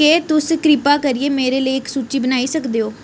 केह् तुस किरपा करियै मेरे लेई इक सूची बनाई सकदे ओ